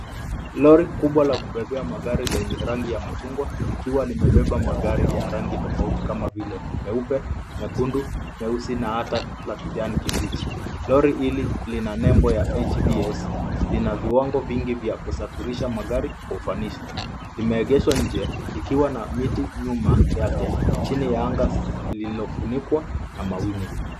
Lori kubwa la kubebea magari lenye rangi ya machungwa, likiwa limebeba magari ya rangi tofauti kama vile meupe, mekundu, meusi na hata la kijani kibichi. Lori hili lina nembo ya hvs . Lina viwango vingi vya kusafirisha magari kwa ufanisi. Limeegeshwa nje likiwa na miti nyuma yake, chini ya anga lililofunikwa na mawingu.